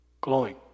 glowing